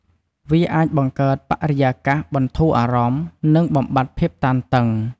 វាអាចបង្កើតបរិយាកាសបន្ធូរអារម្មណ៍ និងបំបាត់ភាពតានតឹង។